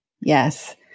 yes